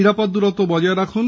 নিরাপদ দূরত্ব বজায় রাখুন